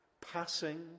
passing